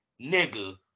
nigga